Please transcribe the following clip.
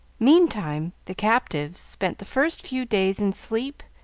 meantime, the captives spent the first few days in sleep,